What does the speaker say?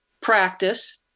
practice